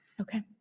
okay